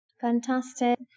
Fantastic